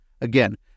Again